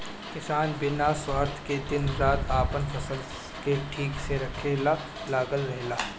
किसान बिना स्वार्थ के दिन रात आपन फसल के ठीक से रखे ला लागल रहेला